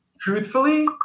Truthfully